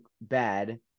bad